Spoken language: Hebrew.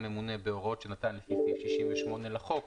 הממונה בהוראות שנתן לפי סעיף 68 לחוק,